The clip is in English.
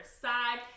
side